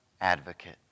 advocate